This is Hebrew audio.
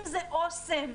למשל אוסם,